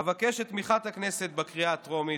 אבקש את תמיכת הכנסת בקריאה הטרומית.